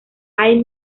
hay